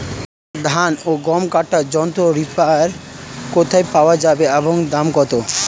ধান ও গম কাটার যন্ত্র রিপার কোথায় পাওয়া যাবে এবং দাম কত?